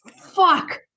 fuck